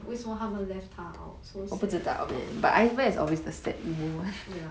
ice bear ice bear got left out ya 为什么他们 left 它 out